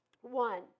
One